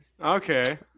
Okay